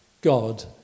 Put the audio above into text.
God